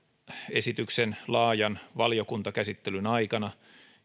esityksen laajan valiokuntakäsittelyn aikana